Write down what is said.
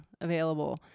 available